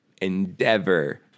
endeavor